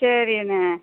சரி கண்ணு